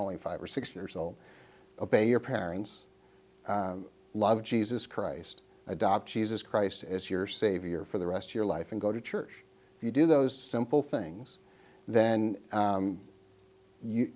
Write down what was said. only five or six years old obey your parents love jesus christ adopt cheesus christ as your savior for the rest of your life and go to church if you do those simple things then